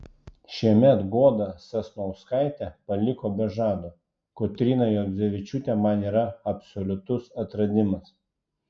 šiemet goda sasnauskaitė paliko be žado kotryna juodzevičiūtė man yra absoliutus atradimas